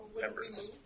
members